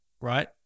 right